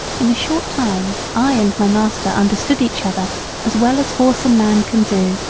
in a short time i and my master understood each other as well as horse and man can do.